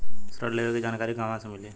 ऋण लेवे के जानकारी कहवा से मिली?